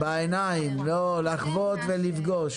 לראות בעיניים, לחוות ולפגוש.